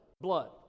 blood